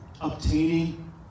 obtaining